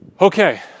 Okay